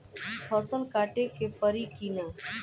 फसल काटे के परी कि न?